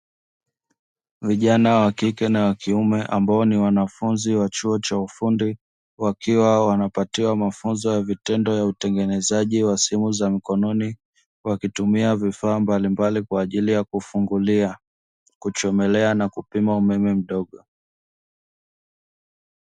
Vijana wa kike na wa kiume ambao ni wanafunzi wa chuo cha ufundi, wakiwa wanapatiwa mafunzo ya vitendo ya utengenezaji wa simu za mkononi, wakitumia vifaa mbalimbali kwa ajili ya kufungulia, kuchomelea na kupima umeme mdogo.